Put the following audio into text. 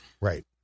right